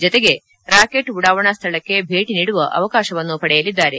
ಜತೆಗೆ ರಾಕೆಟ್ ಉಡಾವಣಾ ಸ್ಥಳಕ್ಕೆ ಭೇಟಿ ನೀಡುವ ಅವಕಾಶವನ್ನು ಪಡೆಯಲಿದ್ದಾರೆ